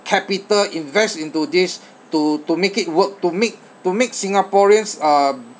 capital invest into this to to make it work to make to make singaporeans uh